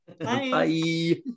Bye